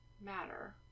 matter